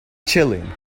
chilling